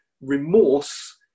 remorse